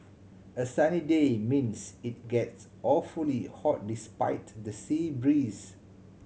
a sunny day means it gets awfully hot despite the sea breeze